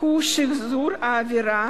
הוא שחזור העבירה